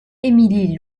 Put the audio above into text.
emilie